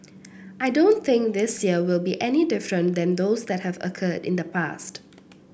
I don't think this year will be any different than those that have occurred in the past